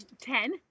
Ten